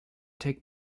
take